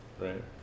Right